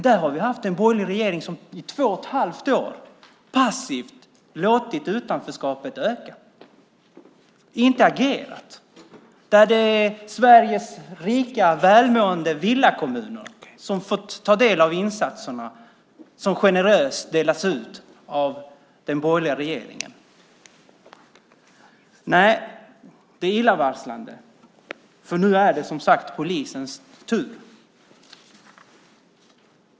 Där har vi haft en borgerlig regering som i två och ett halvt år passivt har låtit utanförskapet öka och inte agerat. Sveriges rika välmående villakommuner har fått ta del av insatserna, som generöst delats ut av den borgerliga regeringen. Nej, det är illavarslande, för nu är det som sagt polisens tur.